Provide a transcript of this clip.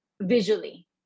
visually